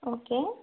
okay